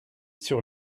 sur